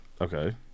Okay